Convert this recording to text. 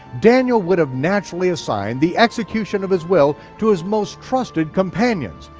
daniel would've naturally assigned the execution of his will to his most trusted companions,